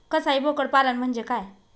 कसाई बोकड पालन म्हणजे काय?